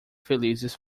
felizes